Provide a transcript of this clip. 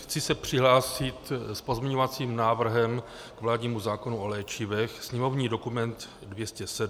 Chci se přihlásit s pozměňovacím návrhem k vládnímu zákonu o léčivech, sněmovní dokument 207.